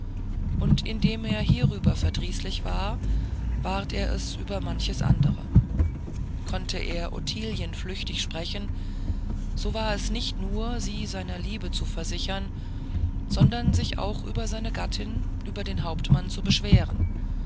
und indem er hierüber verdrießlich war ward er es über manches andere konnte er ottilien flüchtig sprechen so war es nicht nur sie seiner liebe zu versichern sondern sich auch über seine gattin über den hauptmann zu beschweren